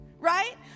Right